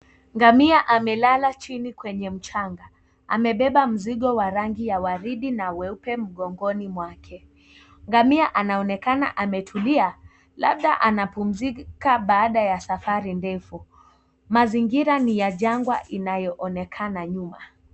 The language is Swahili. Ngamia amelala chini kwenye mchanga amebeba mzigo wa rangi ya waridi na weupe mgongoni mwake. Ngamia anaonekana ametulia labda anapumuzika baada ya safari ndefu. Mazingira ni ya jangwa inayoonekana nyuma.